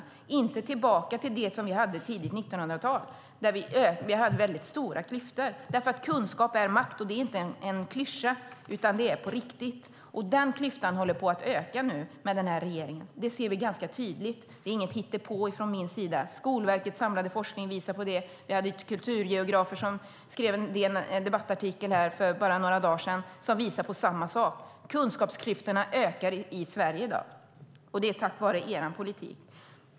Vi ska inte tillbaka till de väldigt stora klyftor vi hade i det tidiga 1900-talet. Kunskap är nämligen makt. Det är ingen klyscha utan på riktigt, och den klyftan håller på att öka med den här regeringen. Det ser vi ganska tydligt. Det är inget hittepå från min sida. Skolverkets samlade forskning visar på det. Kulturgeografer skrev en artikel på DN Debatt för bara några dagar sedan som visar på samma sak: Kunskapsklyftorna ökar i Sverige i dag, och det är på grund av er politik.